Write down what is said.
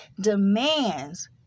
demands